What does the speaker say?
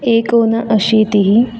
एकोन अशीतिः